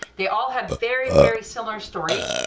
they all had very very similar stories,